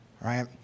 right